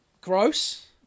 gross